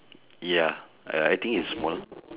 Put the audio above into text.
ya err I think is small